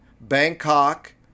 Bangkok